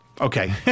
Okay